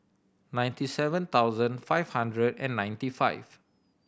ninety seven thousand five hundred and ninety five